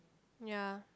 ya